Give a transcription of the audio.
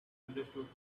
understood